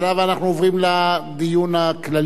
ואנחנו עוברים לדיון הכללי,